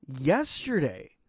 yesterday